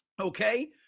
okay